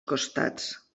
costats